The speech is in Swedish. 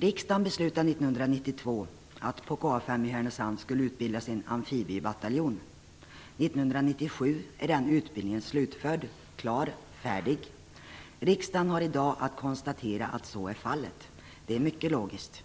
Riksdagen beslutade 1992 att det på KA 5 i Härnösand skulle utbildas en amfibiebataljon. 1997 är den utbildningen slutförd, klar och färdig. Riksdagen har i dag att konstatera att så är fallet. Det är mycket logiskt.